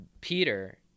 Peter